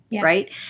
Right